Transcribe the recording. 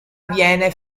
viene